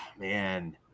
man